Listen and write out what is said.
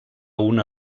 una